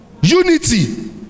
Unity